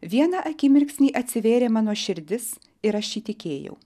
vieną akimirksnį atsivėrė mano širdis ir aš įtikėjau